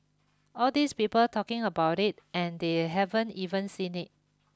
all these people talking about it and they haven't even seen it